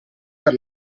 per